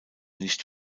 nicht